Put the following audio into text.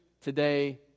today